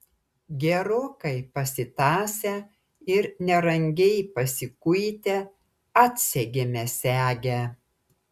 gerokai pasitąsę ir nerangiai pasikuitę atsegėme segę